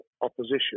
opposition